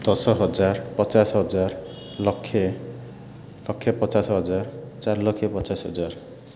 ଦଶ ହଜାର ପଚାଶ ହଜାର ଲକ୍ଷେ ଲକ୍ଷେ ପଚାଶ ହଜାର ଚାରିଲକ୍ଷ ପଚାଶ ହଜାର